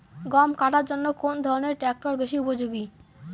গম কাটার জন্য কোন ধরণের ট্রাক্টর বেশি উপযোগী?